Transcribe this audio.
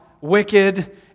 wicked